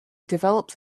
developed